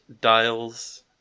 dials